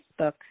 Facebook